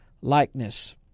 likeness